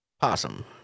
possum